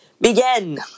begin